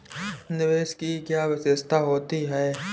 निवेश की क्या विशेषता होती है?